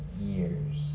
years